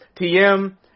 TM